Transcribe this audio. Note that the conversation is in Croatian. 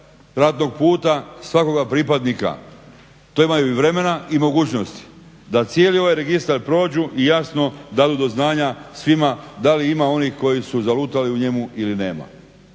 ratnog puta svakoga pripadnika. To imaju vremena imogućnosti da cijeli ovaj registar prođu i jasno dadu do znanja svima da li ima onih koji su zalutali u njemu ili nema.